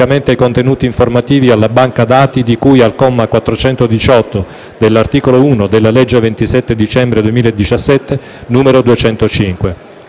i contenuti informativi alla banca dati di cui al comma 418 dell'articolo 1 della legge 27 dicembre 2017, n. 205.